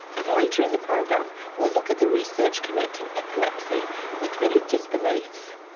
and later in the program we'll look at the research connecting epilepsy with religious beliefs.